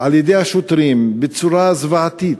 על-ידי שוטרים בצורה זוועתית,